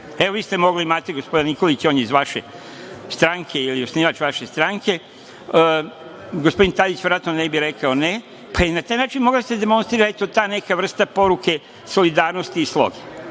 vi ste mogli, imate gospodina Nikolića, on je iz vaše stranke ili osnivač vaše stranke, gospodin Tadić verovatno ne bi rekao ne, pa na taj se mogla demonstrirati ta vrsta poruke solidarnosti i sloge. Kažem,